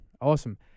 Awesome